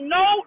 no